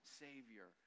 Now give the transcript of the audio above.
savior